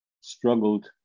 struggled